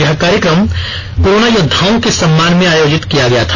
यह कार्यक्रम कोरोना योद्वाओं के सम्मान में आयोजित किया गया था